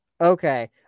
Okay